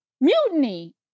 mutiny